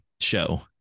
show